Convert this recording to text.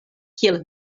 kiel